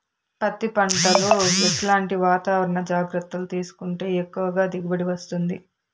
పత్తి పంట లో ఎట్లాంటి వాతావరణ జాగ్రత్తలు తీసుకుంటే ఎక్కువగా దిగుబడి వస్తుంది?